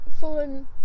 fallen